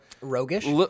Roguish